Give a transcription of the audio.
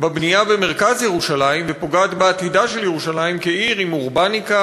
בבנייה במרכז ירושלים ובעתידה של ירושלים כעיר עם אורבניקה,